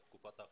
לכן ההתייצבות,